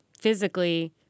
physically